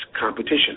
competition